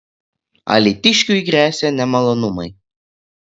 alytiškiui gresia nemalonumai